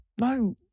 No